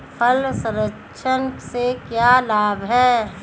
फल संरक्षण से क्या लाभ है?